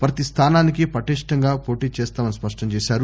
ప్రతి స్టానానికి పటిష్టంగా పోటీ చేస్తామని స్పష్టం చేశారు